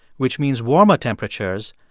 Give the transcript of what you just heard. which means warmer temperatures,